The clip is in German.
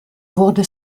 wurde